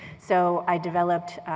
so i developed